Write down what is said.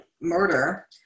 murder